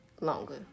Longer